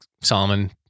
Solomon